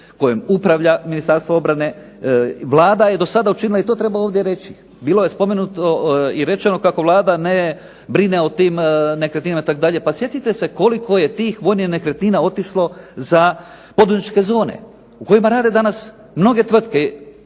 kojom upravlja Ministarstvo obrane. Vlada je do sada učinila i to treba ovdje reći, bilo je spomenuto i rečeno kako Vlada ne brine o tim nekretninama itd. Pa sjetite se koliko je tih vojnih nekretnina otišlo za poduzetničke zone u kojima rade danas mnoge tvrtke.